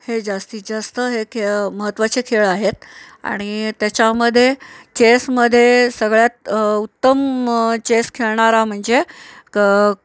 हे जास्तीत जास्त हे खे महत्त्वाचे खेळ आहेत आणि त्याच्यामध्ये चेसमधे सगळ्यात उत्तम चेस खेळणारा म्हणजे क